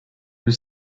was